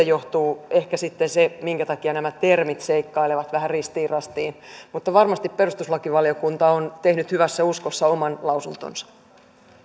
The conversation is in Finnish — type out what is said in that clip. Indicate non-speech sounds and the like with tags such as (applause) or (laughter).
(unintelligible) johtuu ehkä sitten se minkä takia nämä termit seikkailevat vähän ristiin rastiin mutta varmasti perustuslakivaliokunta on tehnyt hyvässä uskossa oman lausuntonsa